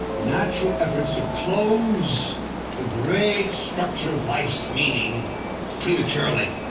natural efforts to close the great structure of life's meaning prematurely